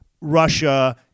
Russia